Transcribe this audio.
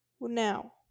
Now